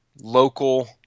local